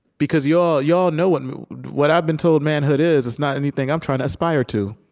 because you all you all know, what what i've been told manhood is, it's not anything i'm trying to aspire to.